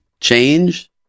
change